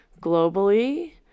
globally